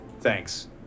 Thanks